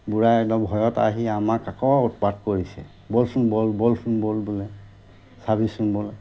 বুঢ়াই একদম ভয়ত আহি আমাক আকৌ উৎপাত কৰিছে ব'লচোন ব'ল ব'লচোন ব'ল বোলে চাবিচোন ব'ল